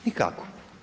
Nikako.